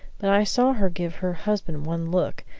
but i saw her give her husband one look,